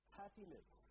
happiness